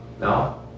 No